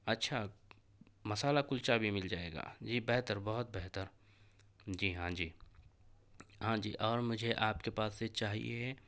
اچھا مصالحہ کلچا بھی مل جائے گا جی بہتر بہت بہتر جی ہاں جی ہاں جی اور مجھے آپ کے پاس سے چاہیے